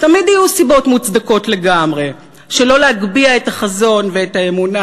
תמיד יהיו סיבות מוצדקות לגמרי שלא להגביה את החזון ואת האמונה,